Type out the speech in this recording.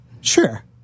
sure